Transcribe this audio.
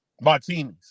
Martinis